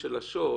השוד